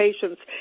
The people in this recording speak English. patients